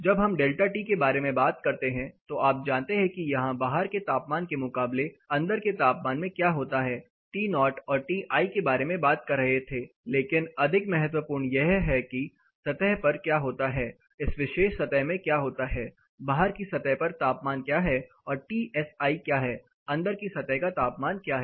जब हम delta T के बारे में बात करते हैं तो आप जानते हैं कि यहां बाहर के तापमान के मुकाबले अंदर के तापमान में क्या होता है हम To और Ti के बारे में बात कर रहे थे लेकिन अधिक महत्वपूर्ण यह है कि सतह पर क्या होता है इस विशेष सतह में क्या होता है बाहर की सतह पर तापमान क्या है और Tsi क्या है अंदर की सतह का तापमान क्या है